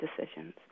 decisions